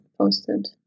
posted